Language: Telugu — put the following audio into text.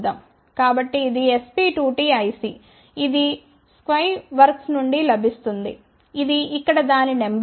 కాబట్టి ఇది SP2T IC ఇది స్కై వర్క్స్ నుండి లభిస్తుంది ఇది ఇక్కడ దాని నెంబర్